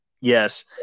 Yes